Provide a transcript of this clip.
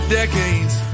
decades